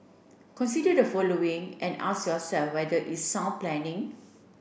consider the following and ask yourself whether it's sound planning